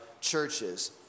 churches